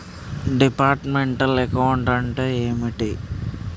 Departmental accounting అంటే ఏమిటి?